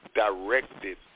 directed